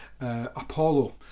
Apollo